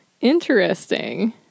Interesting